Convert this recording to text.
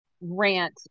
rant